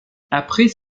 après